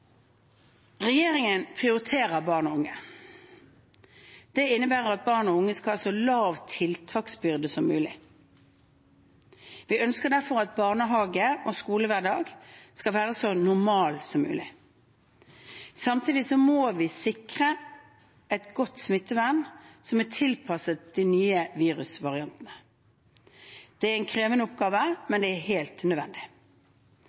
Regjeringen prioriterer barn og unge. Det innebærer at barn og unge skal ha så lav tiltaksbyrde som mulig. Vi ønsker derfor at barnehage- og skolehverdagen skal være så normal som mulig. Samtidig må vi sikre et godt smittevern tilpasset de nye virusvariantene. Det er en krevende oppgave, men det er helt nødvendig.